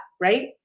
right